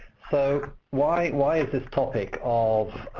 so why why is this topic of